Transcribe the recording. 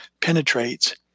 penetrates